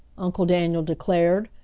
uncle daniel declared,